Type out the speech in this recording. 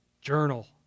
journal